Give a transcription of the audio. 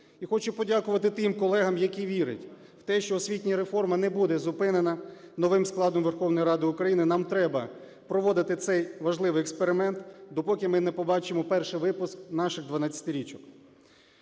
І хочу подякувати тим колегам, які вірять в те, що освітня реформа не буде зупинена новим складом Верховної Ради України. Нам треба проводити цей важливий експеримент, допоки ми не побачимо перший випуск наших